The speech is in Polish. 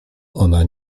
ona